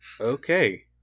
Okay